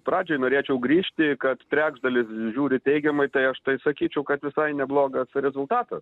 pradžiai norėčiau grįžti kad trečdalis žiūri teigiamai tai aš tai sakyčiau kad visai neblogas rezultatas